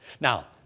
Now